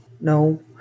no